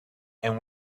and